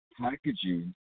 packaging